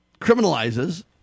criminalizes